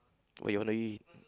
what you wanna eat